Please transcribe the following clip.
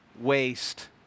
waste